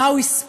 מה הוא הספיק,